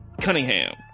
Cunningham